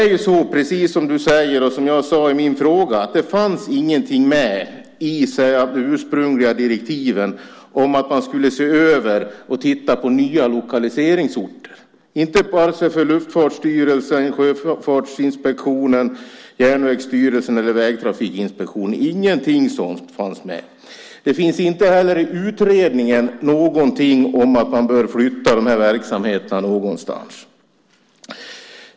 Precis som ministern säger, och precis som jag sade i min fråga, fanns det ingenting med i de ursprungliga direktiven om att man skulle se över och titta på nya lokaliseringsorter vare sig för Luftfartsstyrelsen, Sjöfartsinspektionen, Järnvägsstyrelsen eller Vägtrafikinspektionen. Det fanns ingenting sådant med. Det finns inte heller i utredningen någonting om att man bör flytta verksamheterna någonstans.